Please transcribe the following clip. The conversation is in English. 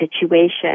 situation